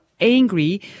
angry